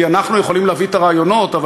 כי אנחנו יכולים להביא את הרעיונות אבל